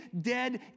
dead